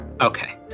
Okay